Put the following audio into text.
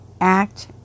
act